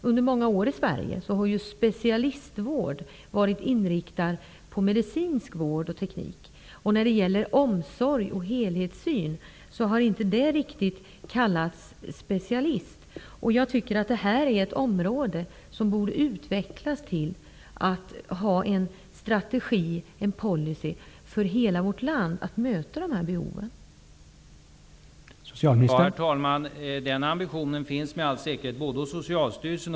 Under många år har ju specialistvården i Sverige varit inriktad på medicinsk vård och teknik. Omsorg och helhetssyn har inte riktigt ansetts vara en specialitet. Jag tycker att detta är ett område som borde utvecklas så att man får en strategi, en policy för hela vårt land, genom vilken man kan möta behoven på detta område.